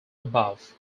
above